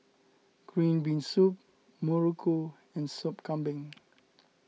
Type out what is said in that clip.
Green Bean Soup Muruku and Soup Kambing